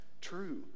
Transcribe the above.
true